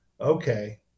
okay